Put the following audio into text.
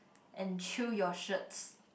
and chew your shirts